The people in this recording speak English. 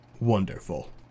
Wonderful